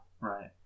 Right